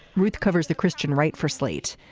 ruth covers the christian right for slate.